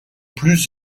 plus